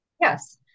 yes